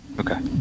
Okay